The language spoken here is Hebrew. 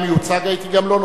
הייתי גם לו נותן לדבר,